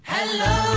Hello